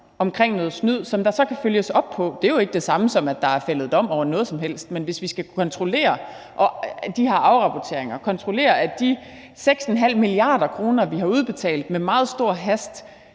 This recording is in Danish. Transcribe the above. oplysninger om snyd, som der så kan følges op på. Det er jo ikke det samme, som at der er fældet dom over noget som helst, men hvis vi skal kunne kontrollere de her afrapporteringer og de 6,5 mia. kr., vi har udbetalt med meget stor hast